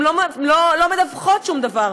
הן לא מדווחות שום דבר,